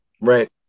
Right